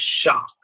shock